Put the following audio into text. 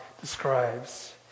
describes